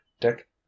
Dick